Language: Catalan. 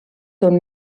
són